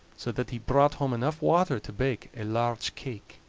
so that he brought home enough water to bake a large cake.